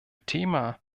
thema